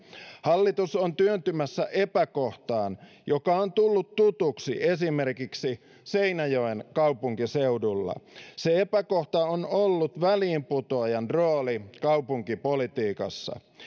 hallitus on työntymässä epäkohtaan joka on tullut tutuksi esimerkiksi seinäjoen kaupunkiseudulla se epäkohta on ollut väliinputoajan rooli kaupunkipolitiikassa